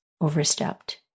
overstepped